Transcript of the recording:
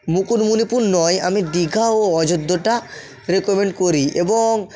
মুকুটমণিপুর নয় আমি দীঘা ও অযোধ্যাটা রেকমেন্ড করি এবং